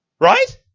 Right